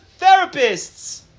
therapists